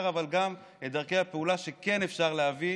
אבל גם מה דרכי הפעולה שכן אפשר להביא,